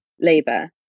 labor